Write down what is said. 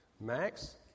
Max